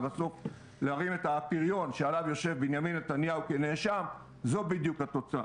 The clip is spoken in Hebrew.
בסוף הדיון תשאלי מה שאת רוצה.